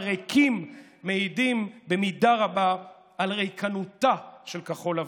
מעידים במידה רבה על ריקנותה של כחול לבן.